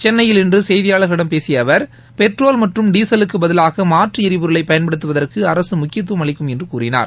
சென்னையில் இன்று செய்தியாளர்களிடம் பேசிய அவர் பெட்ரோல் மற்றும் டீசலுக்கு பதிவாக மாற்று எரிபொருளை பயன்படுத்துவதற்கு அரசு முக்கியத்துவம் அளிக்கும் என்று கூறினார்